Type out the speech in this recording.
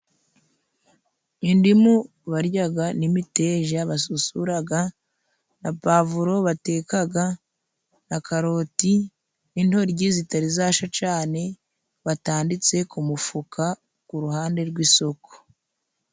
Indimu baryaga n'imiteja basusuraga na puwavuro batekaga na karoti n'intoryi zitari zasha cane, batanditse ku mufuka ku ruhande rw'isoko.